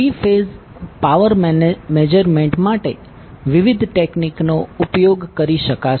three phase power measurement માટે વિવિધ technique નો ઉપયોગ કરી શકાશે